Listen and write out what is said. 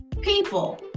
people